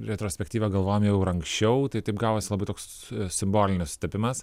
retrospektyvą galvojom jau ir anksčiau tai taip gavosi labai toks simbolinis sutapimas